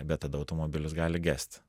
bet tada automobilis gali gesti